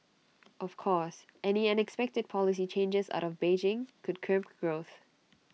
of course any unexpected policy changes out of Beijing could crimp growth